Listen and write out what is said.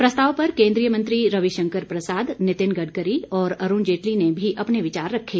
प्रस्ताव पर केन्द्रीय मंत्री रविशंकर प्रसाद नितिन गडकरी और अरूण जेटली ने भी अपने विचार रखे